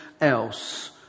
else